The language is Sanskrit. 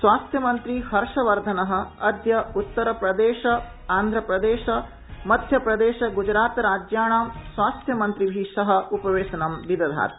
स्वास्थमंत्री हर्षवर्धन अद्य उत्तरप्रदेश आंधप्रदेश मध्यप्रदेश गुजरातराज्याणां स्वास्थ्यमंत्रिभि सह उपवेशनं विदधाति